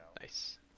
Nice